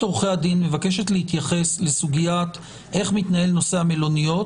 אם לשכת עורכי הדין מבקשת להתייחס לסוגיה של איך מתנהל נושא המלוניות,